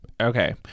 okay